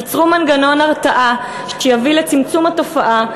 ייצרו מנגנון הרתעה שיביא לצמצום התופעה,